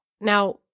Now